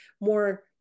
More